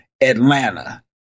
Atlanta